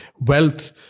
wealth